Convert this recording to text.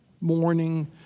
morning